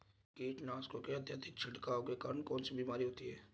कीटनाशकों के अत्यधिक छिड़काव के कारण कौन सी बीमारी होती है?